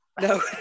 no